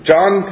John